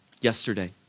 Yesterday